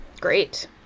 Great